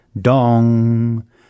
Dong